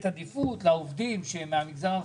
זאת ההזדמנות להוכיח שבממשלה כאשר מדברים על מחקר ופיתוח